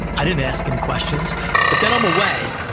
i didn't ask any questions but then i'm away,